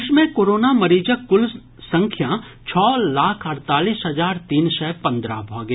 देश मे कोरोना मरीजक कुल संख्या छओ लाख अड़तालीस हजार तीन सय पंद्रह भऽ गेल